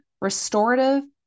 restorative